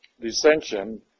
dissension